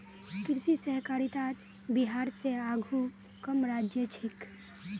कृषि सहकारितात बिहार स आघु कम राज्य छेक